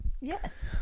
Yes